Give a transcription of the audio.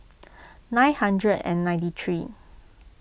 nine hundred and ninety three